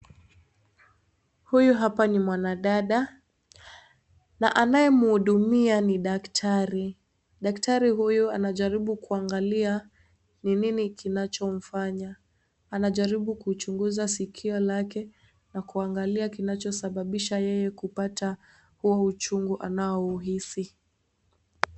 Huyu hapa ni mwanadada na anayemhudumia ni daktari. Daktari huyu anajaribu kuangalia ni nini kinachomfanya, anajaribu kuchunguza sikio lake na kuangalia kinachosababisha yeye kupata huo uchungu anaoihisi.